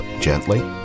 gently